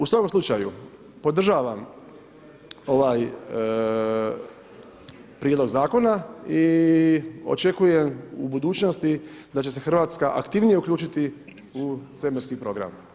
U svakom slučaju, podržavam ovaj prijedlog zakona i očekujem u budućnosti da će se Hrvatska aktivnije uključiti u svemirski program.